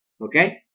Okay